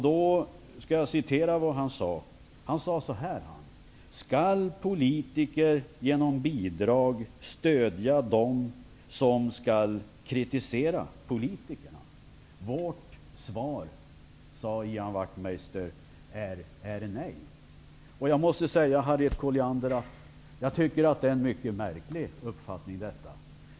Då sade han: Skall politiker genom bidrag stödja dem som skall kritisera politikerna? Vårt svar är nej. Jag måste säga, Harriet Colliander, att jag tycker att det är en mycket märklig uppfattning.